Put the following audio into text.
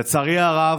לצערי הרב,